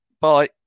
Bye